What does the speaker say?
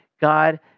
God